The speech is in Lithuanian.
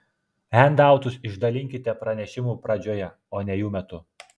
hendautus išdalinkite pranešimų pradžioje o ne jų metu